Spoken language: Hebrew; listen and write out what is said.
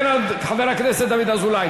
אדוני היושב-ראש, כן, חבר הכנסת דוד אזולאי.